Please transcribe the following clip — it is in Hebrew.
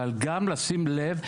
אבל גם לשים לב,